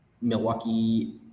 Milwaukee